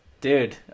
dude